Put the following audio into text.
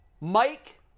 Mike